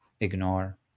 ignore